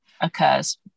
occurs